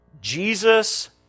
Jesus